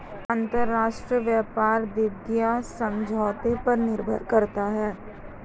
अंतरराष्ट्रीय व्यापार द्विपक्षीय समझौतों पर निर्भर करता है